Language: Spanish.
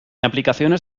aplicaciones